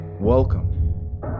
Welcome